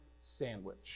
sandwich